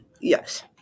Yes